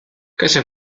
kasia